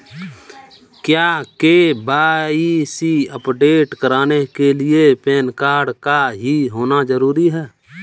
क्या KYC update कराने के लिए पैन कार्ड का ही होना जरूरी है?